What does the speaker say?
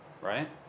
right